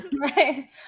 Right